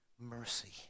Mercy